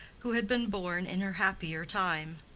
who had been born in her happier time.